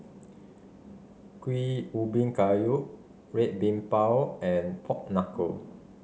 Kuih Ubi Kayu Red Bean Bao and pork knuckle